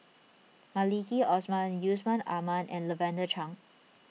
Maliki Osman Yusman Aman and Lavender Chang